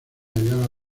ayala